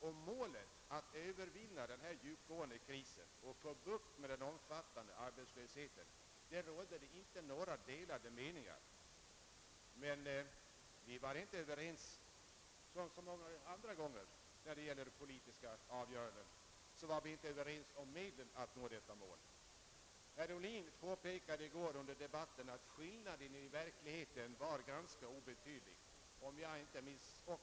Om målet, att övervinna den djupgående krisen och få bukt med den omfattande arbetslösheten, rådde det inte några delade meningar. Men som så många gånger när det gällt politiska avgöranden var vi inte överens om medlen att nå dessa mål. Herr Ohlin påpekade under debatten i går att skillnaden i verkligheten var ganska obetydlig.